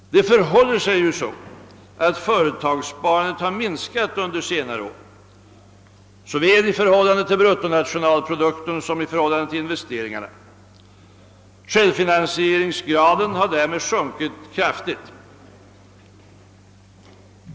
Det förhåller sig ju så att detta har minskat under senare år, såväl i förhållande till bruttonationalprodukten som i förhållande till investeringarna. Självfinansieringsgraden har därmed sjunkit kraftigt.